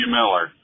Miller